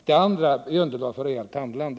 Det andra är underlag för reellt handlande.